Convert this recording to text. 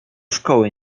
szkoły